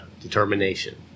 Determination